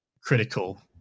critical